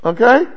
Okay